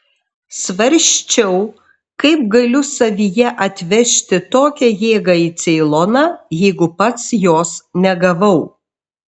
svarsčiau kaip galiu savyje atvežti tokią jėgą į ceiloną jeigu pats jos negavau